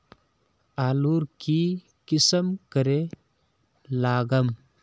आलूर की किसम करे लागम?